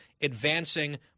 advancing